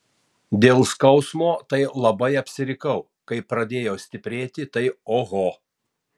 dėl skausmo tai labai apsirikau kai pradėjo stiprėti tai oho